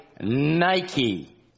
Nike